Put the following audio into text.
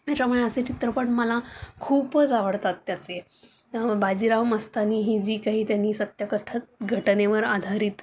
त्याच्यामुळे असे चित्रपट मला खूपच आवडतात त्याचे बाजीराव मस्तानी ही जी काही त्यांनी सत्य कठ घटनेवर आधारित